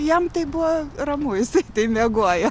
jam tai buvo ramu jisai tai miegojo